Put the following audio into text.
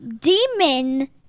demon-